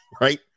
right